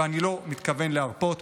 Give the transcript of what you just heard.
ואני לא מתכוון להרפות.